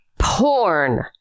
porn